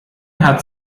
hat